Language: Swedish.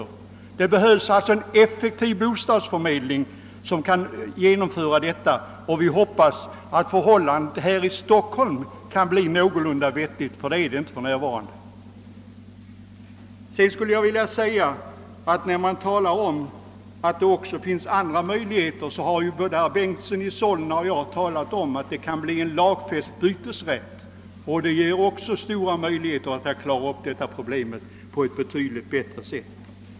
Men det behövs en effektiv bostadsförmedling för att genomföra detta, och vi får hoppas att förhållandena även i Stockholm skall bli någorlunda vettigi ordnade. Det är inte nu fallet. Både herr Bengtson i Solna och jag har talat för en lagfäst bytesrätt. En sådan skulle skapa stora möjligheter att bättre lösa detta problem.